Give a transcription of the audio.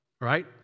right